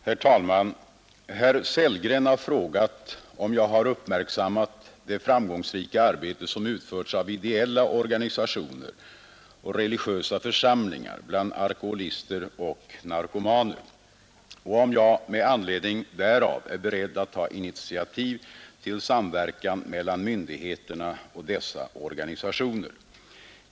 Herr talman! Herr Sellgren har frågat om jag har uppmärksammat det framgångsrika arbete, som utförs av ideella organisationer och religiösa församlingar bland alkoholister och narkomaner, och om jag med anledning därav är beredd att ta initiativ till samverkan mellan myndigheterna och dessa organisationer.